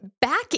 back